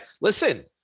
listen